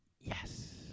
Yes